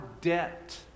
debt